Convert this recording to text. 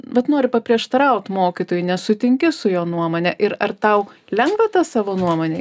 vat nori paprieštaraut mokytojui nesutinki su jo nuomone ir ar tau lengva tą savo nuomonę